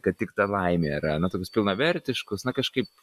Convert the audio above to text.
kad tik ta laimė yra na tokius pilnavertiškus na kažkaip